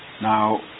now